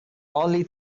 only